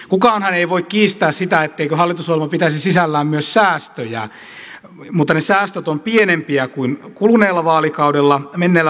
kukaanhan ei voi kiistää sitä etteikö hallitusohjelma pitäisi sisällään myös säästöjä mutta ne säästöt ovat pienempiä kuin kuluneella vaalikaudella menneellä vaalikaudella